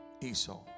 Esau